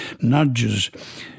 nudges